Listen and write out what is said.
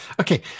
Okay